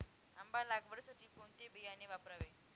आंबा लागवडीसाठी कोणते बियाणे वापरावे?